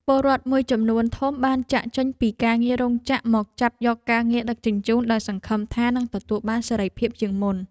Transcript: ពលរដ្ឋមួយចំនួនធំបានចាកចេញពីការងាររោងចក្រមកចាប់យកការងារដឹកជញ្ជូនដោយសង្ឃឹមថានឹងទទួលបានសេរីភាពជាងមុន។